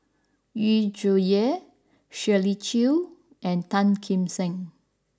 Yu Zhuye Shirley Chew and Tan Kim Seng